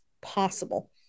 possible